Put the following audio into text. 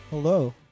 Hello